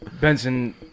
Benson